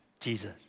Jesus